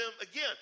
again